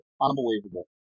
Unbelievable